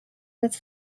with